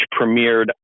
premiered